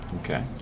Okay